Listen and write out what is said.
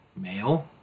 male